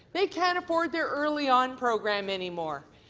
they can't afford their early on program any more.